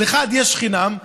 על אחד יש חינם,